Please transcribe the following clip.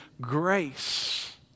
grace